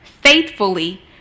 faithfully